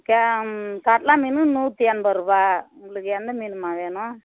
K கர்லா மீன் நூற்றி எண்பது ரூபாய் உங்களுக்கு எந்த மீனம்மா வேணும்